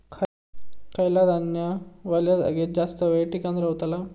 खयला धान्य वल्या जागेत जास्त येळ टिकान रवतला?